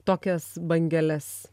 tokias bangeles